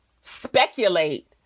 speculate